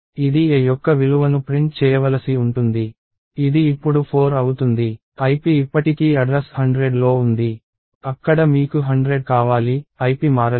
ఇది a యొక్క విలువను ప్రింట్ చేయవలసి ఉంటుంది ఇది ఇప్పుడు 4 అవుతుంది ip ఇప్పటికీ అడ్రస్ 100 లో ఉంది అక్కడ మీకు 100 కావాలి ip మారలేదు